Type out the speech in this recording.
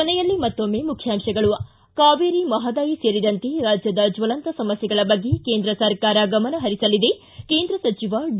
ಕೊನೆಯಲ್ಲಿನ ಮತ್ತೊಮ್ನೆ ಮುಖ್ಯಾಂಶಗಳು ಕಾ ಕಾವೇರಿ ಮಹದಾಯಿ ಸೇರಿದಂತೆ ರಾಜ್ಯದ ಜ್ಞಲಂತ ಸಮಸ್ಥೆಗಳ ಬಗ್ಗೆ ಕೇಂದ್ರ ಸರ್ಕಾರ ಗಮನ ಹರಿಸಲಿದೆ ಕೇಂದ್ರ ಸಚಿವ ಡಿ